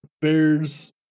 Bears